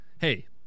Hey